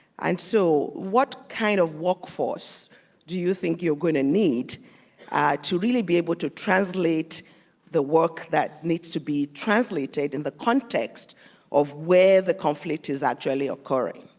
and so what kind of work force do you think you're gonna need to really be able to translate the work that needs to be translated in the context of where the conflict is actually occurring?